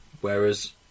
whereas